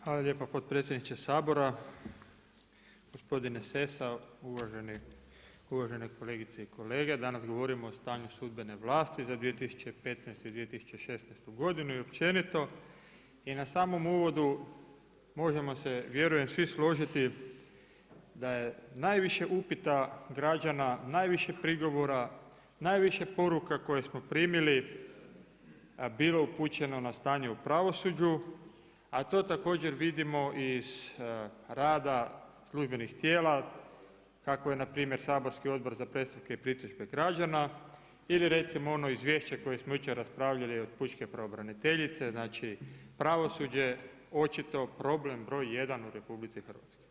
Hvala lijepa potpredsjedniče Sabora, gospodine Sessa, uvažene kolegice i kolege, danas govorimo o stanju sudbene vlasti za 2015. i 2016. godinu i općenito i na samom uvodu možemo se vjerujem svi složiti da je najviše upita građana, najviše prigovora, najviše poruka koje smo primili bilo upućeno na stanje u pravosuđu, a to također vidimo i iz rada službenih tijela, kako je npr. saborski Odbor za predstavke i pritužbe građana ili recimo ono izvješće koje smo jučer raspravljali od pučke pravobraniteljice, znači pravosuđe očito problem broj jedan u RH.